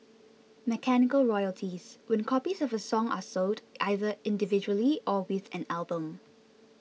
mechanical royalties when copies of a song are sold either individually or with an album